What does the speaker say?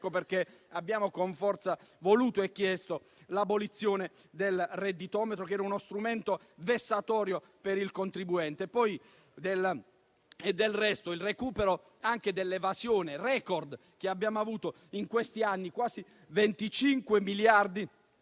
perché abbiamo chiesto con forza l'abolizione del redditometro, che era uno strumento vessatorio per il contribuente. Del resto, il recupero dell'evasione *record* che abbiamo avuto in questi anni - quasi 25 miliardi